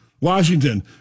Washington